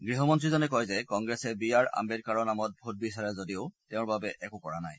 গৃহমন্ত্ৰীজনে কয় যে কংগ্ৰেছে বি আৰ আম্বেদকাৰৰ নামত ভোট বিচাৰে যদিও তেওঁৰ বাবে একো কৰা নাই